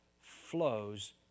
flows